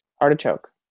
artichoke